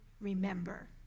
Remember